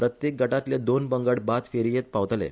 प्रत्येक गटांतले दोन पंगड बाद फेरयेंत पावतले